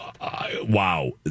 Wow